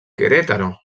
querétaro